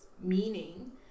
meaning